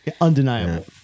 undeniable